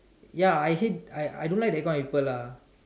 ya I hate I I don't like that kind of people lah